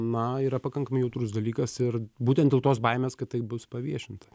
na yra pakankamai jautrus dalykas ir būtent dėl tos baimės kad tai bus paviešinta